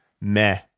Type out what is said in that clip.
meh